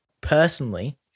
personally